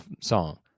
song